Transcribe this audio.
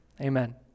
Amen